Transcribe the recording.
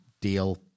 deal